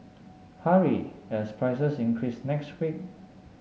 hurry as prices increase next week